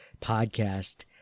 podcast